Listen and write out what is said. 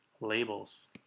labels